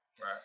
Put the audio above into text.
Right